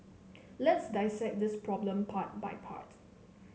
let's dissect this problem part by part